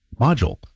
module